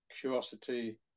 curiosity